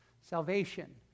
Salvation